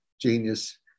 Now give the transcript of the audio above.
Genius